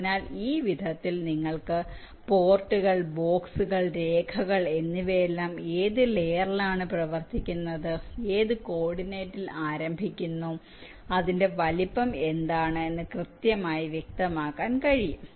അതിനാൽ ഈ വിധത്തിൽ നിങ്ങൾക്ക് പോർട്ടുകൾ ബോക്സുകൾ രേഖകൾ എന്നിവയെല്ലാം ഏത് ലെയറിലാണ് പ്രവർത്തിക്കുന്നത് ഏത് കോർഡിനേറ്റിൽ ആരംഭിക്കുന്നു അതിന്റെ വലുപ്പം എന്താണ് എന്ന് കൃത്യമായി വ്യക്തമാക്കാൻ കഴിയും